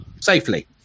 safely